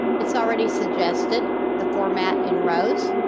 it's already suggested the format and rows,